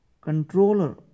controller